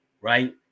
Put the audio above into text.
right